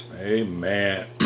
Amen